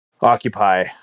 occupy